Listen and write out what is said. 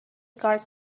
cards